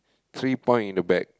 three point in the bag